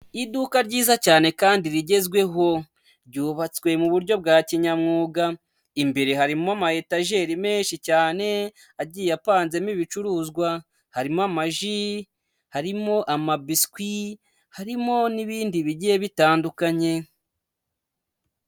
Iduka ryiza cyane kandi rigezweho. Ryubatswe mu buryo bwa kinyamwuga. Imbere harimo ama etajeri menshi cyane, agiye apanzemo ibicuruzwa, harimo amaji, harimo amabiswi harimo n'ibindi bigiye bitandukanye.